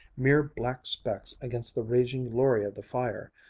mere black specks against the raging glory of the fire,